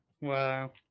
Wow